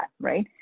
right